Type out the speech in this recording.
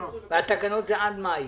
התקנות הן עד מאי.